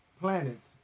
Planets